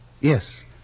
Yes